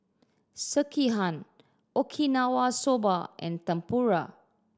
Sekihan Okinawa Soba and Tempura